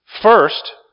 First